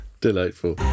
Delightful